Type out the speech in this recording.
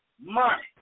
money